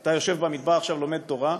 אתה יושב במדבר עכשיו, לומד תורה,